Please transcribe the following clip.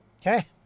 Okay